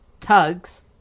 Tugs